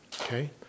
Okay